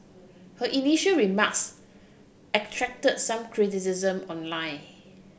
her initial remarks attracted some criticism online